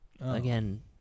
again